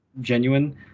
genuine